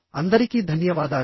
అందరికీ ధన్యవాదాలు